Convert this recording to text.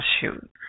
Shoot